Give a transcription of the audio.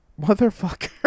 motherfucker